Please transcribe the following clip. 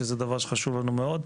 שזה דבר חשוב מאוד.